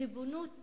ריבונות